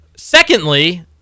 Secondly